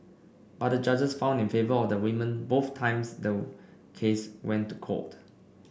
but the judges found in favour of the woman both times the case went to court